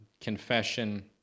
confession